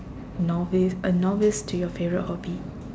novice a novice to your favourite hobby